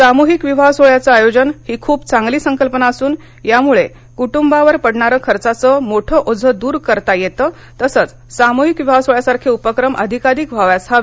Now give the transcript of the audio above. सामुहिक विवाह सोहळ्यांच आयोजन ही खूप चांगली संकल्पना असून त्यामुळे कुटुंबांवर पडणारं खर्चाचं मोठं ओझं दूर करता येईल सामूहिक विवाह सोहळ्यासारखे उपक्रम अधिकाधिक व्हावयास हवे